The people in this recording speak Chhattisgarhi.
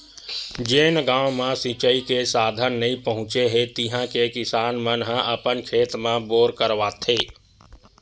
जेन गाँव म सिचई के साधन नइ पहुचे हे तिहा के किसान मन ह अपन खेत म बोर करवाथे